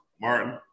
Martin